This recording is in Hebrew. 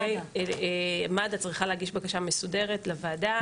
מד"א צריכה להגיש בקשה מסודרת לוועדה.